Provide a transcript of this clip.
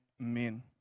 Amen